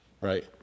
right